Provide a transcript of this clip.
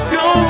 go